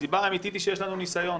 הסיבה האמיתית היא שיש לנו ניסיון.